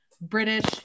British